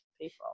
people